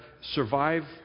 survive